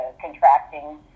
contracting